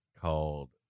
called